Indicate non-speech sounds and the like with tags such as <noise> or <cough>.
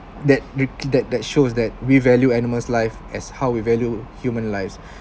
that <noise> that that shows that we value animals lives as how we value human lives